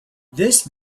this